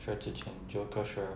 薛之谦 joker xue